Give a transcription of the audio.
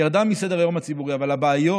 ירדה מסדר-היום הציבורי, אבל הבעיות